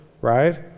right